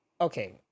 okay